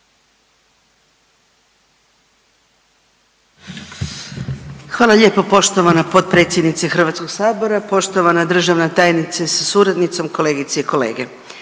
Hvala lijepa poštovana potpredsjednice sabora. Poštovana državna tajnice sa suradnicom, kolegice i kolege,